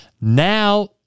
now